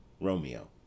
Romeo